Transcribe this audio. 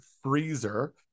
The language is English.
freezer